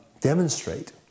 demonstrate